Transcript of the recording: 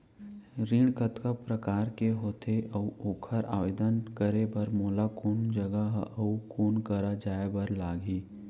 ऋण कतका प्रकार के होथे अऊ ओखर आवेदन करे बर मोला कोन जगह अऊ कोन करा जाए बर लागही?